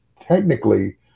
technically